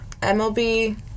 MLB